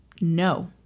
No